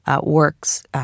works